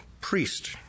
priest